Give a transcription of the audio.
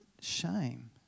shame